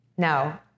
No